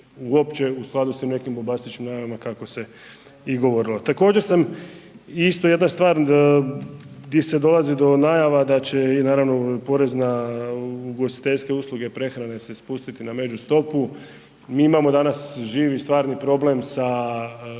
uopće u skladu s tim nekim bombastičnim najavama kako se i govorilo. Također isto jedna stvar gdje se dolazi do najava da će ugostiteljske usluge prehrane se spustiti na međustopu. Mi imamo danas živi stvarni problem sa stranim